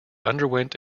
underwent